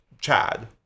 Chad